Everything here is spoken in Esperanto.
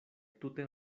tute